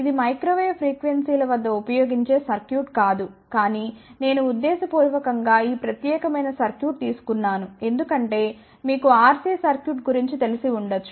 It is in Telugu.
ఇది మైక్రో వేవ్ ఫ్రీక్వెన్సీల వద్ద ఉపయోగించే సర్క్యూట్ కాదు కానీ నేను ఉద్దేశపూర్వకంగా ఈ ప్రత్యేకమైన సర్క్యూట్ తీసుకున్నాను ఎందుకంటే మీకు RC సర్క్యూట్ గురించి తెలిసి ఉండవచ్చు